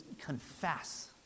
confess